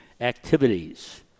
activities